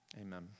Amen